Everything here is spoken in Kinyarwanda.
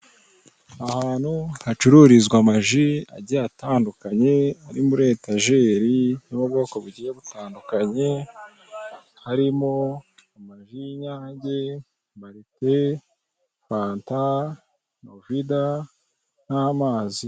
Ahantu hacururizwa amaji agiye atandukanye ari muri etajeri, y'ubwoko bugiye butandukanye, harimo amaji y'inyange, marite, fanta, novida, n'amazi.